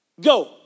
go